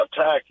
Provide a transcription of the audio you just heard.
attack